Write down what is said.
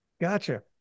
gotcha